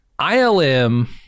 ILM